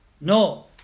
No